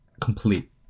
complete